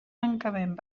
tancament